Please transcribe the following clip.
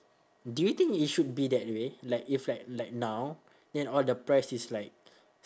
do you think it should be that way like if like like now then all the price is like